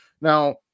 Now